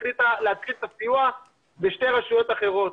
החליטה להתחיל את הסיוע בשתי רשויות אחרות.